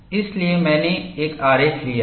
इसलिए मैंने एक आरेख लिया है